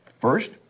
First